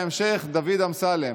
ההצעה תעבור לוועדה המסדרת לקביעת ועדה.